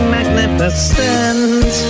Magnificent